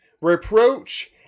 reproach